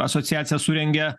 asociacija surengė